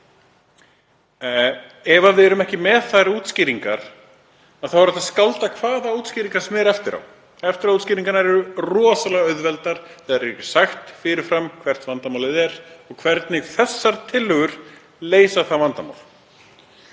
Ef við erum ekki með þær útskýringar þá er hægt að skálda hvaða útskýringar sem er eftir á. Eftiráútskýringarnar eru rosalega auðveldar, þegar ekki er sagt fyrir fram hvert vandamálið er og hvernig þessar tillögur leysa það vandamál.